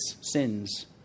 sins